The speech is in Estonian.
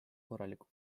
korraliku